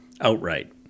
outright